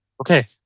okay